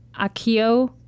Akio